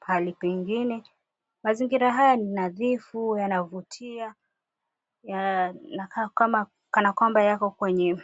pahali pengine. Mazingira haya ni nadhifu, yanavutia, yanakaa kama kana kwamba yako kwenye.